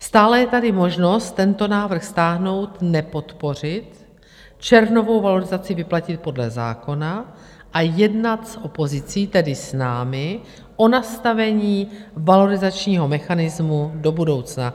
Stále je tady možnost tento návrh stáhnout, nepodpořit, červnovou valorizaci vyplatit podle zákona a jednat s opozicí, tedy s námi, o nastavení valorizačního mechanismu do budoucna.